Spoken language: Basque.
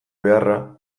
beharra